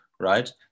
Right